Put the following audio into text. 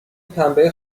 پنبه